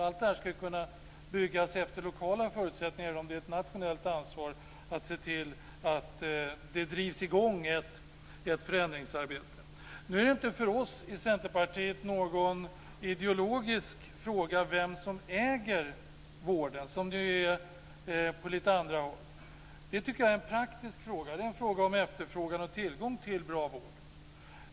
Allt detta ska kunna byggas efter lokala förutsättningar, även om det är ett nationellt ansvar att se till att det drivs i gång ett förändringsarbete. För oss i Centerpartiet är det inte någon ideologisk fråga vem som äger vården, som det ju är på lite andra håll. Det tycker jag är en praktisk fråga - det är en fråga om efterfrågan på och tillgång till bra vård.